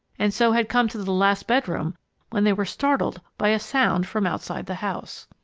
and so had come to the last bedroom when they were startled by a sound from outside the house.